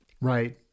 Right